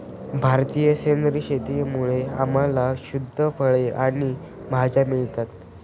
भारतातील सेंद्रिय शेतीमुळे आम्हाला शुद्ध फळे आणि भाज्या मिळतात